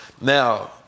Now